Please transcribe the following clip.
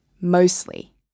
mostly